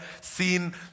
seen